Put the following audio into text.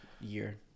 year